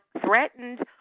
threatened